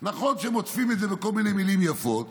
נכון שהם עוטפים את זה בכל מיני מילים יפות,